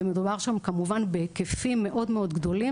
ומדובר שם כמובן בהיקפים מאוד מאוד גדולים